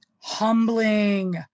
Humbling